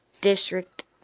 District